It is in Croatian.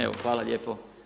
Evo, hvala lijepo.